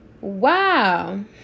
wow